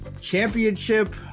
championship